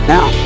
Now